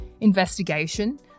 Investigation